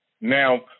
Now